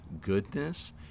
goodness